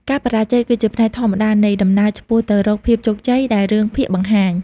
ការបរាជ័យ គឺជាផ្នែកធម្មតានៃដំណើរឆ្ពោះទៅរកភាពជោគជ័យដែលរឿងភាគបង្ហាញ។